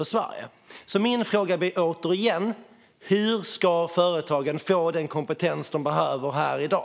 Min fråga blir därför återigen: Hur ska företagen få den kompetens de behöver här i dag?